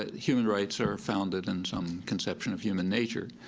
ah human rights are founded in some conception of human nature.